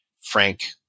frank